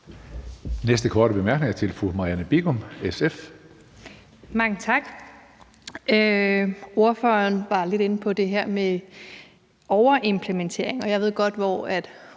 Marianne Bigum, SF. Kl. 19:05 Marianne Bigum (SF): Mange tak. Ordføreren var lidt inde på det her med overimplementering, og jeg ved godt, hvor